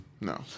No